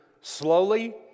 slowly